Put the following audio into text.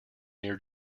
near